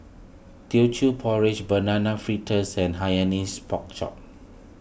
Teochew Porridge Banana Fritters and Hainanese Pork Chop